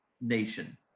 nation